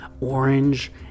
orange